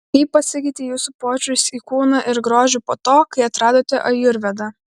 kaip pasikeitė jūsų požiūris į kūną ir grožį po to kai atradote ajurvedą